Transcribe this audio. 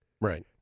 Right